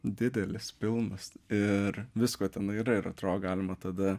didelis pilnas ir visko tenai yra ir atrodo galima tada